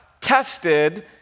tested